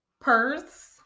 purse